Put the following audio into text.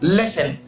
listen